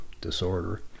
disorder